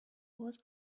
was